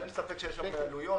אבל אין ספק שיש שם עלויות.